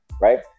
right